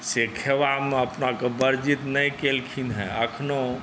से खयबामे अपनाकेँ वर्जित नहि केलखिन हेँ एखनहु